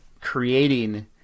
creating